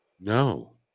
No